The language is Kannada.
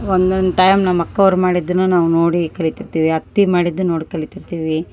ಒನ್ನೊಂದು ಟೈಮ್ ನಮ್ಮ ಅಕ್ಕ ಅವ್ರು ಮಾಡಿದ್ದನ್ನ ನಾವು ನೋಡಿ ಕಲಿತಿರ್ತಿವಿ ಅತ್ತಿ ಮಾಡಿದನ್ನ ನೋಡಿ ಕಲಿತಿರ್ತೀವಿ